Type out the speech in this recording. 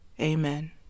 Amen